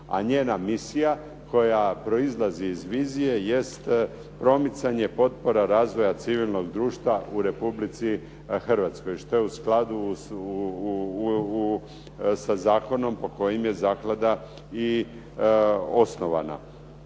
A njena misija, koja proizlazi iz vizije jest promicanje potpora razvoja civilnog društva u Republici Hrvatskoj, što je u skladu sa zakonom po kojim je zaklada i osnovana.